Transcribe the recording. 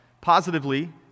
positively